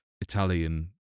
Italian